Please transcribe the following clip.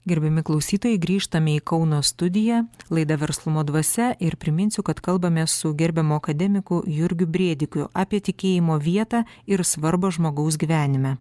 gerbiami klausytojai grįžtame į kauno studiją laida verslumo dvasia ir priminsiu kad kalbame su gerbiamu akademiku jurgiu brėdikiu apie tikėjimo vietą ir svarbą žmogaus gyvenime